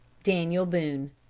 daniel boone.